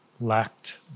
lacked